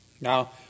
Now